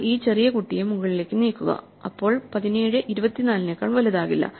എന്നാൽ ഈ ചെറിയ കുട്ടിയെ മുകളിലേക്ക് നീക്കുക അപ്പോൾ 17 24 നേക്കാൾ വലുതാകില്ല